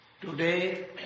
Today